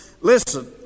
listen